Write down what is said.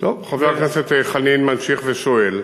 חבר הכנסת חנין ממשיך ושואל,